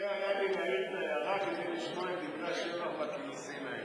שווה היה לי להעיר את ההערה כדי לשמוע את דברי השבח והקילוסין האלה.